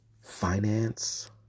finance